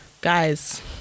guys